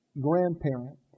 grandparent